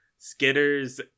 skitters